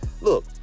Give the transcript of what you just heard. look